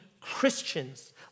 Christians